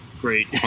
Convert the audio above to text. great